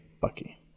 Bucky